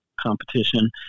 competition